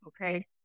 okay